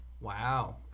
Wow